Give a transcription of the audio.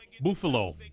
Buffalo